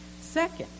Second